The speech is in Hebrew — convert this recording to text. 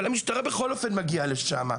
אבל המשטרה מגיעה לשם בכל אופן.